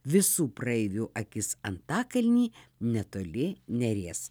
visų praeivių akis antakalny netoli neries